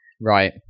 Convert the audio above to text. Right